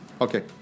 Okay